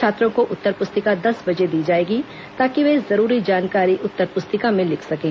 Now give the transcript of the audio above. छात्रों को उत्तर पुस्तिका दस बजे दी जाएगी ताकि वे जरूरी जानकारी उत्तर पुस्तिका में लिख सकें